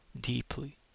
deeply